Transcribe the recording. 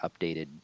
updated